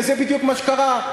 וזה בדיוק מה שקרה.